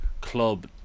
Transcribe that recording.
club